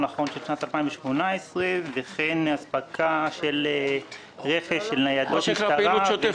האחרון של שנת 2018 וכן אספקה של רכש של ניידות משטרה וכבאיות.